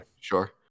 sure